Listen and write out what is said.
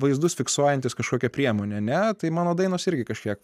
vaizdus fiksuojantys kažkokią priemonę ne tai mano dainos irgi kažkiek